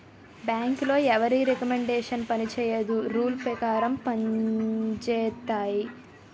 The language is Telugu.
బ్యాంకులో ఎవరి రికమండేషన్ పనిచేయదు రూల్ పేకారం పంజేత్తాయి